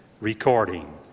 recording